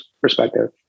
perspective